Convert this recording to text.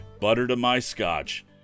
butter-to-my-scotch